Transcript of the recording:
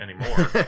anymore